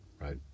Right